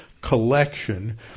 collection